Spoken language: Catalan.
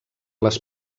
les